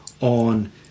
on